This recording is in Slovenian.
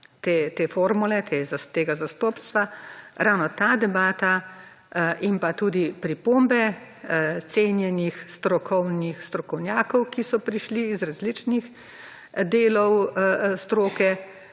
te formule, tega zastopstva, ravno ta debata, pa tudi pripombe cenjenih strokovnjakov, ki so prišli iz različnih delov stroke,